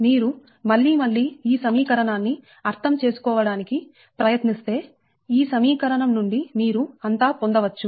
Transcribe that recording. మీరు మళ్లీ మళ్లీ ఈ సమీకరణాన్ని అర్థం చేసుకోవడానికి ప్రయత్నిస్తే ఈ సమీకరణం నుండి మీరు అంతా పొందవచ్చు